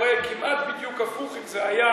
זה היה קורה כמעט בדיוק הפוך אם זה היה,